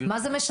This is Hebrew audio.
מה זה משנה?